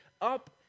up